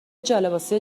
جالباسی